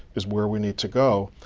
is where we need to go.